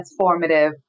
transformative